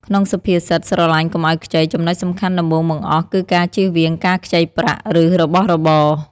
ក្នុងសុភាសិត "ស្រឡាញ់កុំឲ្យខ្ចី" ចំណុចសំខាន់ដំបូងបង្អស់គឺការជៀសវាងការខ្ចីប្រាក់ ឬរបស់របរ។